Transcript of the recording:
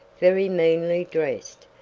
very meanly dressed,